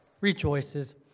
rejoices